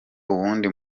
uwundi